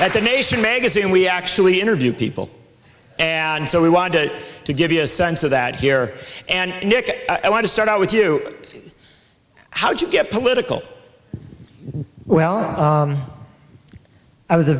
and the nation magazine we actually interview people and so we want to give you a sense of that here and nick i want to start out with you how did you get political well i was a